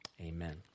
Amen